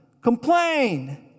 complain